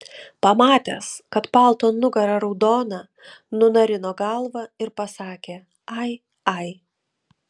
pamatęs kad palto nugara raudona nunarino galvą ir pasakė ai ai